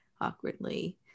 awkwardly